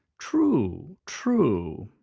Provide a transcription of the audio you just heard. true, true.